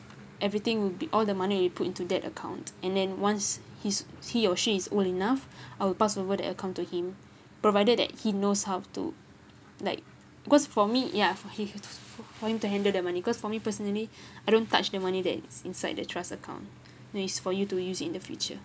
everything will be all the money will put into that account and then once his he or she is old enough I will pass over the account to him provided that he knows how to like because for me ya for for him to handle the money cause for me personally I don't touch the money that is inside the trust account it's for you to use in the future